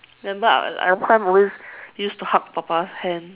then but I that time always used to hug papa's hand